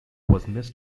was